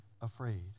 afraid